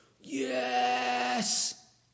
yes